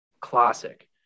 classic